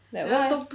that one